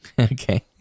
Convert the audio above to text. Okay